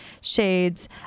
shades